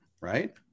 right